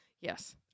Yes